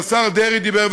והשר דרעי דיבר,